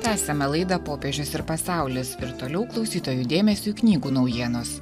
tęsiame laidą popiežius ir pasaulis ir toliau klausytojų dėmesiui knygų naujienos